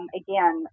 again